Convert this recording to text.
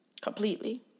completely